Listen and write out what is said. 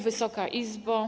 Wysoka Izbo!